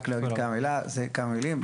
רק להגיד כאן מילה, כמה מילים.